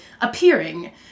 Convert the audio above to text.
appearing